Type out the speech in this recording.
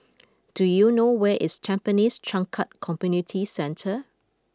do you know where is Tampines Changkat Community Centre